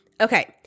Okay